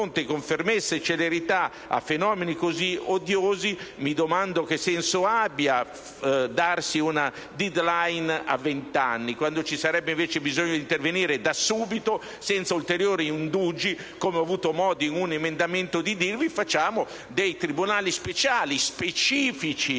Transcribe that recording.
con fermezza e celerità a fenomeni così odiosi, mi domando che senso abbia darsi una *dead-line* a vent'anni, quando ci sarebbe invece bisogno di intervenire subito, senza ulteriori indugi: come ho avuto modo di dire attraverso un emendamento, facciamo dei tribunali speciali o specifici,